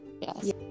yes